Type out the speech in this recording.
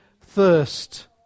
thirst